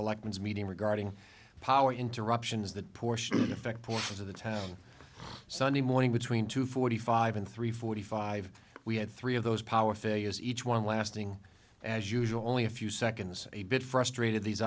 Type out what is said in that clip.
elections meeting regarding power interruptions that portion affect portions of the town sunday morning between two forty five and three forty five we had three of those power failures each one lasting as usual only a few seconds a bit frustrated these